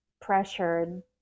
pressured